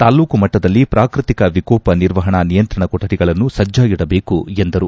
ತಾಲ್ಲೂಕು ಮಟ್ಟದಲ್ಲಿ ಪಾಕೃತಿಕ ವಿಕೋಪ ನಿರ್ವಹಣಾ ನಿಯಂತ್ರಣ ಕೊಠಡಿಗಳನ್ನು ಸಜ್ಜಾಗಿಡಬೇಕು ಎಂದರು